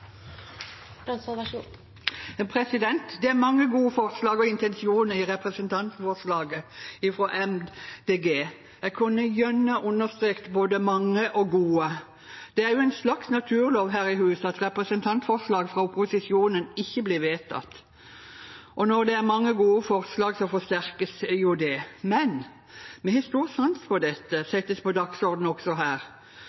mange gode forslag og intensjoner i representantforslaget fra Miljøpartiet De Grønne. Jeg kunne gjerne understreke både mange og gode. Det er en slags naturlov her i huset at representantforslag fra opposisjonen ikke blir vedtatt, og når det er mange gode forslag, forsterkes jo det. Men vi har stor sans for at dette